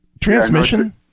transmission